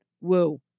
woo